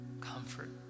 comfort